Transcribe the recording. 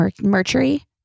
mercury